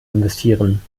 investieren